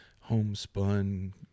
homespun